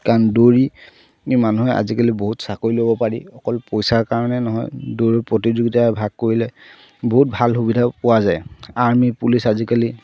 কাৰণ দৌৰি মানুহে আজিকালি বহুত চাকৰি ল'ব পাৰি অকল পইচাৰ কাৰণে নহয় দৌৰ প্ৰতিযোগিতা ভাগ কৰিলে বহুত ভাল সুবিধাও পোৱা যায় আৰ্মি পুলিচ আজিকালি